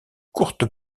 courtes